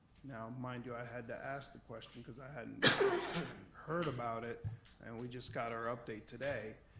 now mind you i had to ask the question, because i hadn't heard about it and we just got our update today,